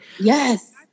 Yes